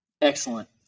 Excellent